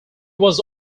was